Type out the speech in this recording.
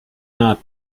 not